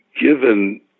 given